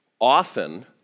often